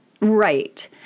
Right